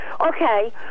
Okay